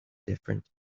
different